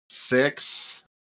Six